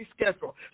schedule